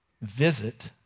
visit